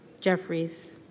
Jeffries